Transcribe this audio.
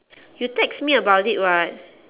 you text me about it [what]